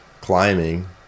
climbing